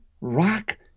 rock